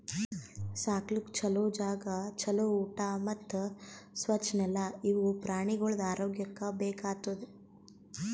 ಸಾಕ್ಲುಕ್ ಛಲೋ ಜಾಗ, ಛಲೋ ಊಟಾ ಮತ್ತ್ ಸ್ವಚ್ ನೆಲ ಇವು ಪ್ರಾಣಿಗೊಳ್ದು ಆರೋಗ್ಯಕ್ಕ ಬೇಕ್ ಆತುದ್